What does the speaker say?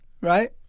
right